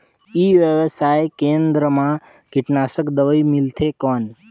ई व्यवसाय केंद्र मा कीटनाशक दवाई मिलथे कौन?